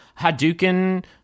Hadouken